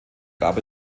gab